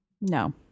No